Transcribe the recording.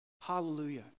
Hallelujah